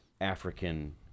African